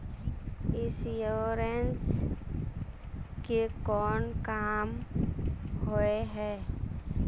Insurance के कोन काम होय है?